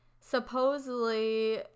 Supposedly